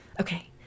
Okay